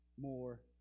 more